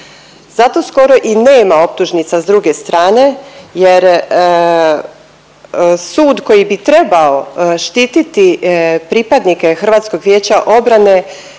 Zato skoro i nema optužnica s druge strane, jer sud koji bi trebao štititi pripadnike Hrvatskog vijeća obrane